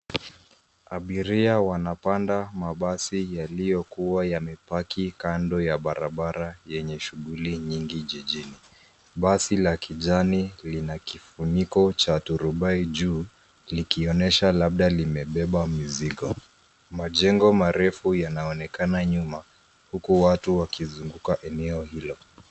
Abiria wanapanda mabasi yaliyokuwa yamepaki kando ya barabara yenye shughuli nyingi jijini. Basi la kijani lina kifuniko cha turubai juu likionyesha labda limebeba mizigo. Majengo marefu yanaonekana nyuma huku watu wakizunguka eneo hilo.